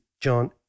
John